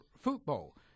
football